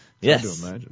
Yes